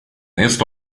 esta